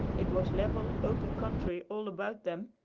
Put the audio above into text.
it was level, open country all about them,